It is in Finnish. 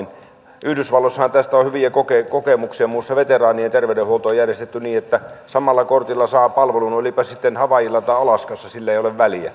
yhdysvalloissahan tästä on hyviä kokemuksia muun muassa veteraanien terveydenhuolto on järjestetty niin että samalla kortilla saa palvelun olipa se sitten havaijilla tai alaskassa sillä ei ole väliä